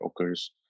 occurs